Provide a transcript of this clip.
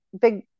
big